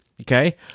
okay